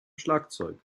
schlagzeug